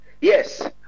yes